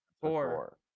Four